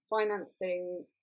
financing